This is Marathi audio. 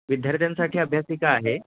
विद्यार्थ्यांसाठी अभ्यासिका आहे